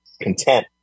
content